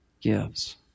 gives